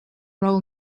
roll